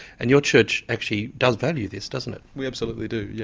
and your church actually does value this doesn't it? we absolutely do, yeah